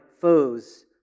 foes